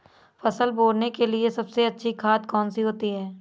फसल बोने के लिए सबसे अच्छी खाद कौन सी होती है?